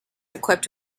equipped